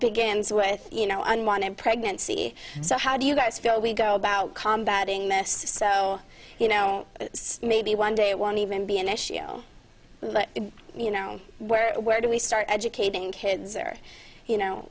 begins with you know unwanted pregnancy so how do you guys feel we go about combat ing this so you know maybe one day one even be an issue but you know where where do we start educating kids or you know